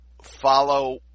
follow